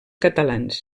catalans